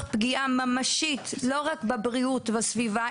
פגיעה ממשית לא רק בבריאות ובסביבה,